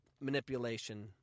manipulation